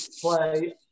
play